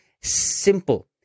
simple